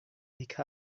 pick